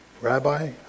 Rabbi